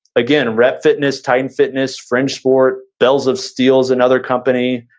again, rep fitness, titan fitness, fringesport, bells of steel is another company.